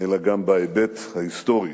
אלא גם בהיבט ההיסטורי.